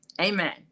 amen